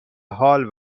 حال